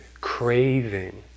craving